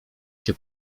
się